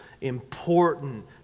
important